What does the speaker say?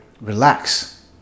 Relax